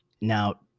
Now